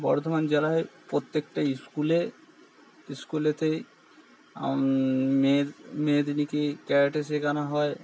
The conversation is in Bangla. বর্ধমান জেলায় প্রত্যেকটা স্কুলে স্কুলেতেই মেয়ে মেয়েদিনেকে ক্যারাটে শেখানো হয়